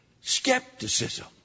Skepticism